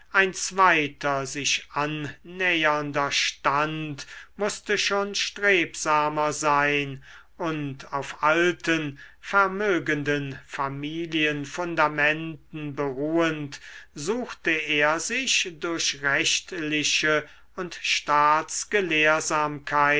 ein zweiter sich annähernder stand mußte schon strebsamer sein und auf alten vermögenden familienfundamenten beruhend suchte er sich durch rechtliche und